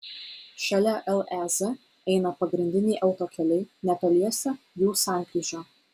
šalia lez eina pagrindiniai autokeliai netoliese jų sankryža